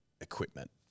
equipment